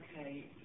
okay